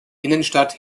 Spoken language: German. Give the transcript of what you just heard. innenstadt